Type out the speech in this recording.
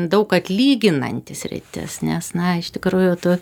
daug atlyginanti sritis nes na iš tikrųjų tu